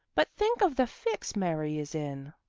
but think of the fix mary is in.